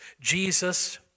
Jesus